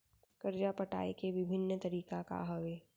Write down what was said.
करजा पटाए के विभिन्न तरीका का हवे?